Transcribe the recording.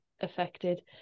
affected